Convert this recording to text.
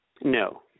No